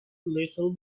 little